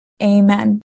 Amen